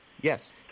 Yes